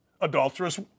adulterous